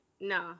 no